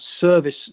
service